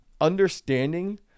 understanding